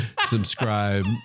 Subscribe